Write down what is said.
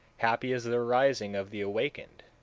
happy is the arising of the awakened,